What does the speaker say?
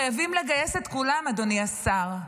חייבים לגייס את כולם, אדוני השר.